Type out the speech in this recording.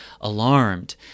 alarmed